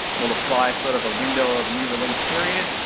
we'll apply sort of a window of new release period,